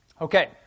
Okay